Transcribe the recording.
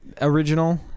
original